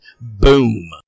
Boom